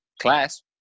class